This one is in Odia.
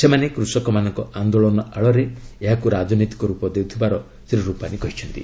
ସେମାନେ କୃଷକମାନଙ୍କ ଆନ୍ଦୋଳନ ଆଳରେ ଏହାକୁ ରାଜନୈତିକ ରୂପ ଦେଉଥିବାର ଶ୍ରୀ ରୁପାନୀ କହିଛନ୍ତି